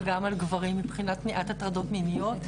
וגם על גברים מבחינת מניעת הטרדות מיניות.